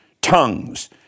Tongues